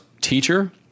teacher